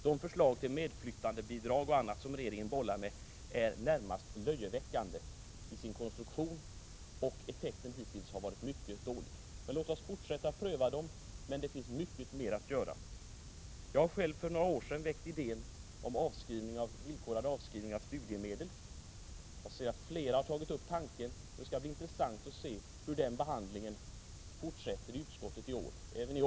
De förslag till medflyttandebidrag och annat som regeringen bollar med är närmast löjeväckande i sin konstruktion. Effekten hittills har varit mycket dålig. Låt oss fortsätta att pröva dem. Men det finns mycket mer att göra. För några år sedan väckte jag själv idéen om villkorad avskrivning av studiemedel. Flera har nu tagit upp den tanken. Även i år har jag tillsammans med ett antal moderata medmotionärer lagt fram förslag i detta avseende.